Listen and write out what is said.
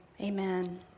amen